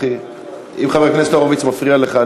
אם חבר הכנסת הורוביץ מפריע לך,